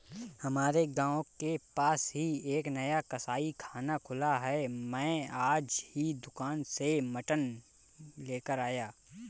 हमारे गांव के पास ही एक नया कसाईखाना खुला है मैं आज ही दुकान से मटन लेकर आया